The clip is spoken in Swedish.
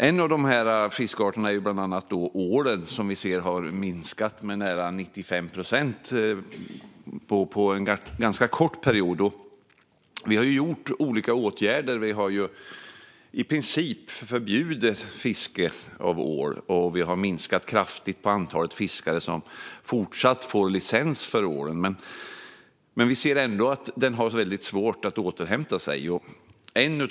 En av dessa är ålen, som har minskat med nära 95 procent på ganska kort tid. Vi har vidtagit olika åtgärder. Vi har i princip förbjudit ålfiske och kraftigt minskat antalet fiskare som fortfarande får licens för ålfiske. Ändå har ålen svårt att återhämta sig.